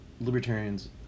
libertarians